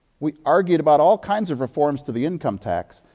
we argued about all kinds of reforms to the income tax,